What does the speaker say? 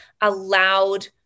allowed